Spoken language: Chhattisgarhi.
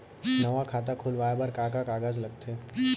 नवा खाता खुलवाए बर का का कागज लगथे?